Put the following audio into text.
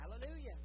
Hallelujah